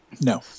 No